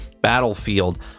Battlefield